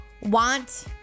want